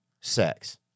sex